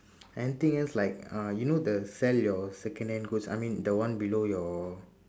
anything else like uh you know the sell your second hand clothes I mean the one below your